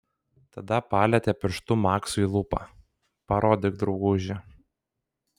tada palietė pirštu maksui lūpą parodyk drauguži